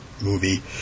movie